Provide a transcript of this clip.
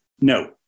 No